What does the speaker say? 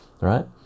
right